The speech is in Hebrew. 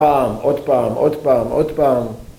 פעם, עוד פעם, עוד פעם, עוד פעם.